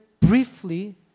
briefly